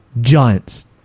giants